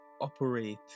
operate